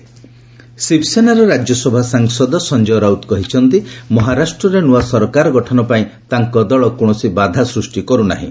ମହା ଗଭ୍ ଶିବସେନାର ରାଜ୍ୟସଭା ସାଂସଦ ସଂଜୟ ରାଉତ କହିଛନ୍ତି ମହାରାଷ୍ଟ୍ରରେ ନୂଆ ସରକାର ଗଠନ ପାଇଁ ତାଙ୍କ ଦଳ କୌଣସି ବାଧା ସୃଷ୍ଟି କରୁନାହିଁ